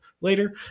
later